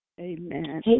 Amen